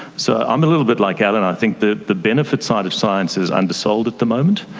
so i'm a little bit like alan, i think the the benefit side of science is undersold at the moment,